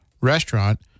restaurant